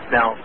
Now